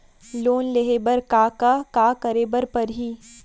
Loan लेहे बर का का का करे बर परहि?